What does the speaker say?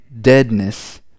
deadness